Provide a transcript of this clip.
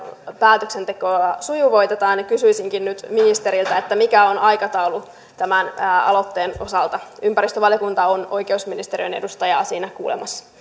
päätöksentekoa sujuvoitetaan ja kysyisinkin nyt ministeriltä mikä on aikataulu tämän aloitteen osalta ympäristövaliokunta on oikeusministeriön edustajaa siinä kuulemassa